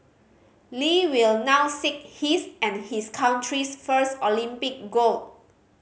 Lee will now seek his and his country's first Olympic gold